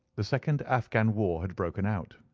the second afghan war had broken out.